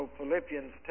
Philippians